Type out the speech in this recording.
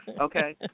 Okay